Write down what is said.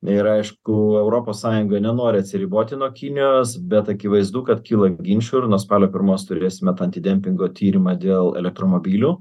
ir aišku europos sąjunga nenori atsiriboti nuo kinijos bet akivaizdu kad kyla ginčų ir nuo spalio pirmos turėsime tą antidempingo tyrimą dėl elektromobilių